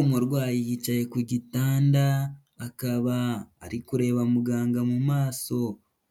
Umurwayi yicaye ku gitanda akaba ari kureba muganga mu maso,